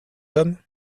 homme